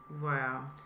Wow